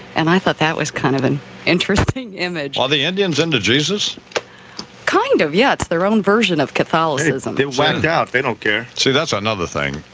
and i thought that was kind of an interesting image. all the indians and the jesus kind of. yes. their own version of catholicism they went out. they don't care. so that's another thing.